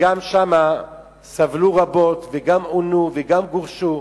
שגם שם סבלו רבות, וגם עונו קשות וגם גורשו,